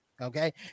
okay